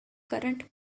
current